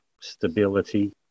stability